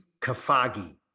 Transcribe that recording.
Kafagi